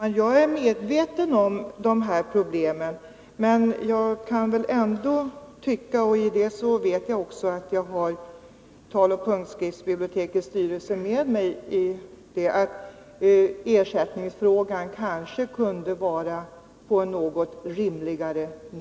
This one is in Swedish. Trots den stora satsning som har skett på utbyggnad av den öppna primärvården med flera vårdcentraler har svenska folket svårt att komma till tals med sin läkare. Några akutcentraler och kvällsmottagningar har nu öppnats i privat regi.